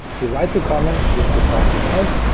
we write the comment we had defined above,